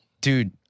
Dude